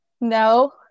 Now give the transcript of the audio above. No